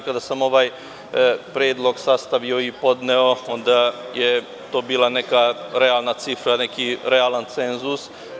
Kada sam ovaj predlog sastavio i podneo onda je to bila neka realna cifra, neki realan cenzus.